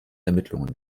ermittlungen